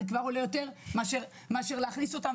זה כבר יעלה יותר מאשר להכניס אותם.